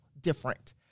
different